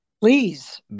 Please